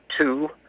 two